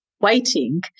waiting